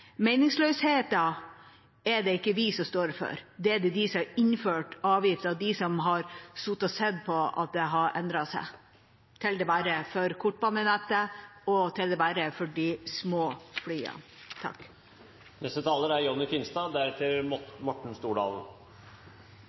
det. Meningsløsheten er det ikke vi som står for. Det er de som har innført avgiften, og har sittet og sett på at det har endret seg til det verre for kortbanenettet og til det verre for de små